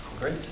Great